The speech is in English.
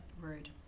Rude